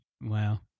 Wow